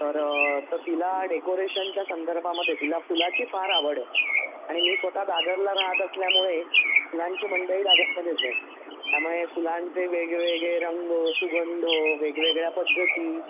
तर तर तिला डेकोरेशनच्या संदर्भामधे तिला फुलाची फार आवड आहे आणि मी स्वतः दादरला राहत असल्यामुळे फुलांची मंडई दादरमध्येच आहे त्यामुळे फुलांचे वेगवेगळे रंग सुगंध वेगवेगळ्या पद्धती